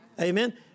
Amen